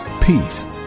peace